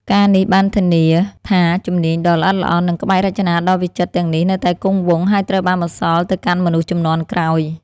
ការណ៍នេះធានាថាជំនាញដ៏ល្អិតល្អន់ និងក្បាច់រចនាដ៏វិចិត្រទាំងនេះនៅតែគង់វង្ស ហើយត្រូវបានបន្សល់ទៅកាន់មនុស្សជំនាន់ក្រោយ។